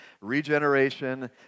Regeneration